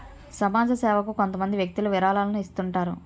సమాజ సేవకు కొంతమంది వ్యక్తులు విరాళాలను ఇస్తుంటారు